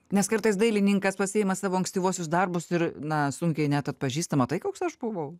nes kartais dailininkas pasiima savo ankstyvuosius darbus ir na sunkiai net atpažįsta matai koks aš buvau